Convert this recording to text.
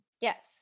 Yes